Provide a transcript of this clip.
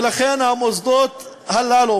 ולכן המוסדות הללו,